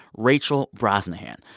rachel brosnahan.